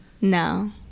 No